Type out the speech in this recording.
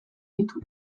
ditu